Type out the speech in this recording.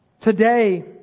Today